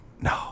No